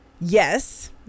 Yes